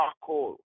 charcoal